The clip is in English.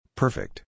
perfect